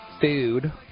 food